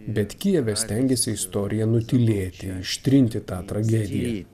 bet kijeve stengėsi istoriją nutylėti ištrinti tą tragediją